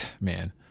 Man